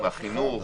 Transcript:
חינוך וכולי.